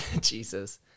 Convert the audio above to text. Jesus